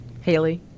Haley